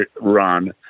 run